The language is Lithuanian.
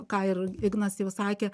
ką ir ignas jau sakė